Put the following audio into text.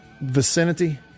vicinity